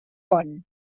pon